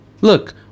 Look